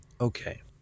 okay